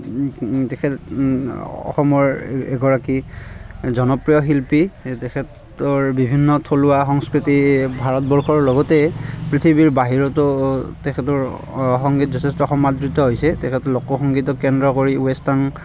তেখেত অসমৰ এগৰাকী জনপ্ৰিয় শিল্পী তেখেতৰ বিভিন্ন থলুৱা সংস্কৃতি ভাৰতবৰ্ষৰ লগতে পৃথিৱীৰ বাহিৰতো তেখেতৰ সংগীত যথেষ্ট সমাদৃত হৈছে তেখেত লোকসংগীতক কেন্দ্ৰ কৰি ৱেষ্টাৰ্ণ